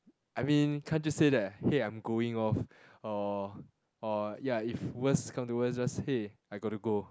I mean can't you say that hey I'm going off or or ya if worse come to worse just hey I got to go